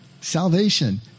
Salvation